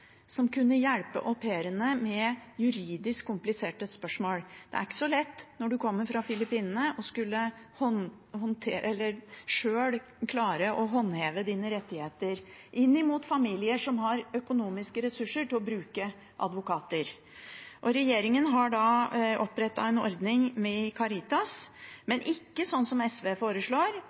som kunne hjelpe au pairene med juridisk kompliserte spørsmål. Det er ikke så lett når man kommer fra Filippinene sjøl å klare å håndheve sine rettigheter inn mot familier som har økonomiske ressurser til å bruke advokater. Regjeringen har opprettet en ordning med Caritas, men ikke sånn som SV foreslår,